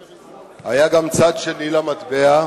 היה גם צד שני למטבע,